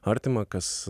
artima kas